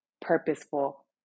purposeful